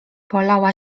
polała